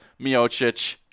Miocic